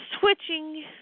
Switching